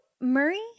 Murray